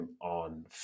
on